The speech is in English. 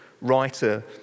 Writer